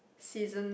season